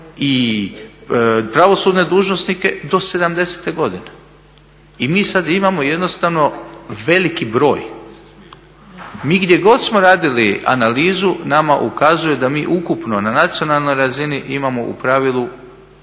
i pravosudne dužnosnike do sedamdesete godine. I mi sad imamo jednostavno veliki broj. Mi gdje god smo radili analizu nama ukazuje da mi ukupno na nacionalnoj razini imamo u pravilu